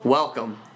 Welcome